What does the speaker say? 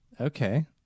Okay